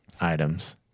items